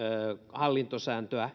hallintosääntöä